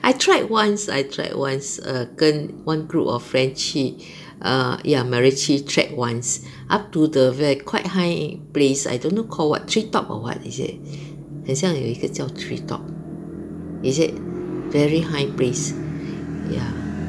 I tried once I tried once err 跟 one group of friends 去 err ya macritchie trek once up to the where quite high place I don't know called what treetop or what is it 很像有一个叫 treetop is it very high place ya